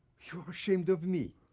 you're ashamed of me.